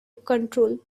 control